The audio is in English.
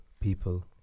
people